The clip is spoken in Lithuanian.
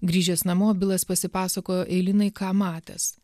grįžęs namo bilas pasipasakojo eilinai ką matęs